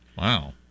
Wow